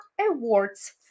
awards